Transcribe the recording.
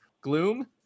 gloom